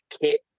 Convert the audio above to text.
kit